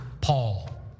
Paul